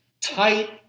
tight